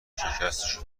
شکستشو